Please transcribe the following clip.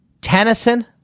Tennyson